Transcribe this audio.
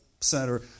center